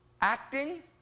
acting